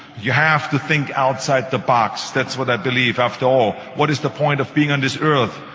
you have to think outside the box. that's what i believe. after all, what is the point of being on this earth,